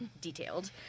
detailed